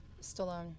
Stallone